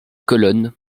colonne